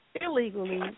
illegally